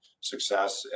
success